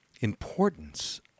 importance